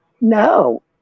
No